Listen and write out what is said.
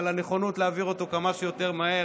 על הנכונות להעביר אותו כמה שיותר מהר.